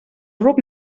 ruc